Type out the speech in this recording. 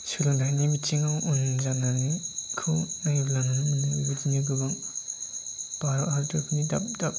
सोलोंथाइनि बिथिङाव उन जानायखौ नायोब्ला नुनो मोनो बेबादिनो गोबां भारत हादरनि दाब दाब